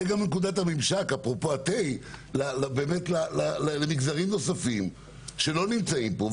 זאת גם נקודת הממשק למגזרים נוספים שלא נמצאים פה,